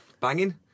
Banging